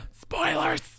Spoilers